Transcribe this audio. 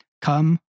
Come